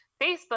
Facebook